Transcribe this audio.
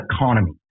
economy